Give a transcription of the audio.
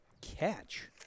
catch